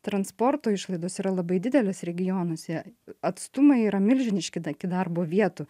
transporto išlaidos yra labai didelės regionuose atstumai yra milžiniški da iki darbo vietų